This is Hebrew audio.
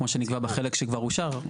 כמו שנקבע בחלק שכבר אושר,